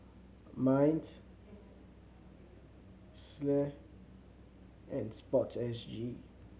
MINDS SLA and SPORTSG